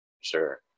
Sure